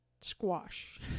squash